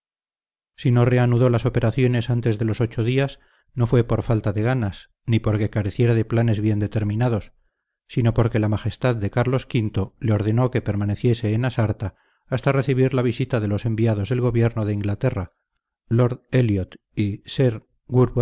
si no reanudó las operaciones antes de los ocho días no fue por falta de ganas ni porque careciera de planes bien determinados sino porque la majestad de carlos v le ordenó que permaneciese en asarta hasta recibir la visita de los enviados del gobierno de inglaterra lord elliot y sir